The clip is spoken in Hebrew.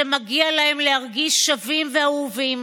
שמגיע להם להרגיש שווים ואהובים,